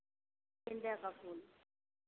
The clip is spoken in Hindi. मिल जाएगा फूल